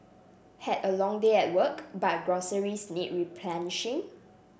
had a long day at work but groceries need replenishing